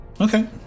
Okay